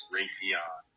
Raytheon